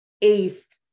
eighth